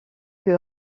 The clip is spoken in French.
que